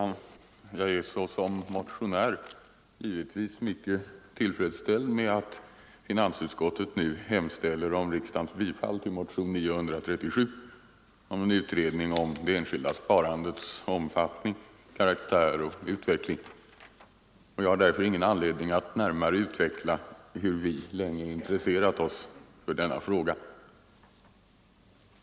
Herr talman! Jag är såsom motionär givetvis mycket tillfredsställd med att finansutskottet nu hemställer om riksdagens bifall till motionen 937 om utredning av det enskilda sparandets omfattning, karaktär och utveckling och har därför ingen anledning att närmare utveckla hur vi länge intresserat oss för denna fråga.